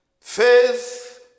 Faith